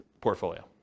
portfolio